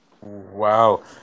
Wow